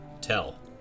Tell